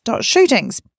Shootings